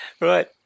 Right